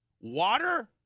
Water